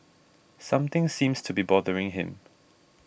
something seems to be bothering him